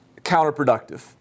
counterproductive